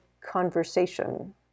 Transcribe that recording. conversation